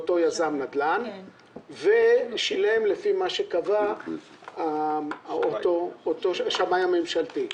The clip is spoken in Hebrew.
יזם נדל"ן ושילם לפי מה שקבע השמאי הממשלתי.